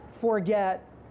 forget